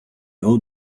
old